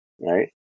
right